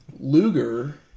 Luger